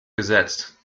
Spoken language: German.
gesetzt